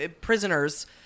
prisoners